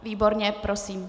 Výborně, prosím.